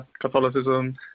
Catholicism